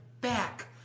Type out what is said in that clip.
back